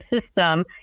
system